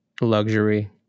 luxury